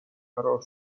فرار